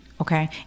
okay